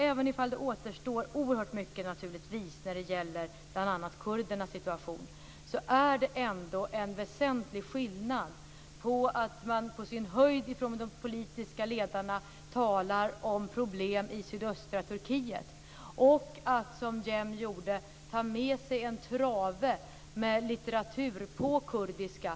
Även om det återstår mycket när det gäller bl.a. kurdernas situation, är det ändå en väsentlig skillnad på att de politiska ledarna på sin höjd talar om problemen i sydöstra Turkiet och att, som Cem gjorde, ta med sig en trave litteratur på kurdiska.